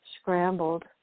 scrambled